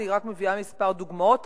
אני רק מביאה כמה דוגמאות,